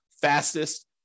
fastest